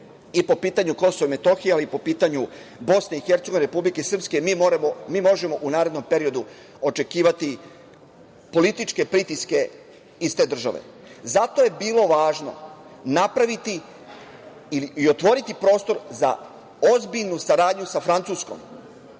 i po pitanju KiM, ali i po pitanju BiH i Republike Srpske mi možemo u narednom periodu očekivati političke pritiske iz te države. Zato je bilo važno napraviti i otvoriti prostor za ozbiljnu saradnju sa Francuskom,